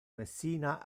messina